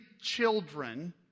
children